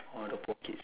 ah the poor kids